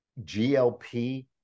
GLP